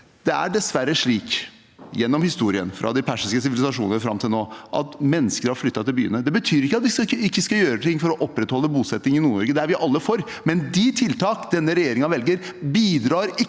Det er dessverre slik, gjennom historien, fra de persiske sivilisasjoner og fram til nå, at mennesker har flyttet til byene. Det betyr ikke at vi ikke skal gjøre ting for å opprettholde bosetning i Nord-Norge, det er vi alle for. Men de tiltak denne regjeringen velger, bidrar ikke